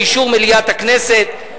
באישור מליאת הכנסת,